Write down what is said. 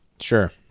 Sure